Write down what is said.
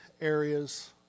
areas